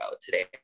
today